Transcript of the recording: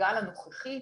בגל הנוכחי,